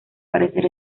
parecer